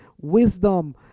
wisdom